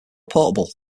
portable